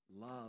Love